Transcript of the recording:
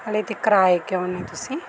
ਹਲੇ ਤੀਕਰ ਆਏ ਕਿਉਂ ਨਹੀਂ ਤੁਸੀਂ